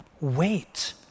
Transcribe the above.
Wait